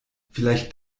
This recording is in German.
vielleicht